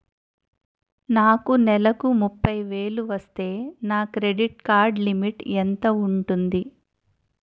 నాకు నెలకు ముప్పై వేలు వస్తే నా క్రెడిట్ కార్డ్ లిమిట్ ఎంత ఉంటాది?